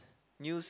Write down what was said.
new